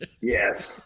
Yes